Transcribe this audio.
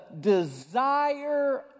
desire